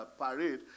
parade